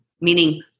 meaning